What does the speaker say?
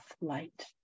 light